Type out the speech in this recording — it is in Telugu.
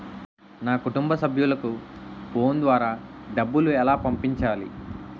నా కుటుంబ సభ్యులకు ఫోన్ ద్వారా డబ్బులు ఎలా పంపించాలి?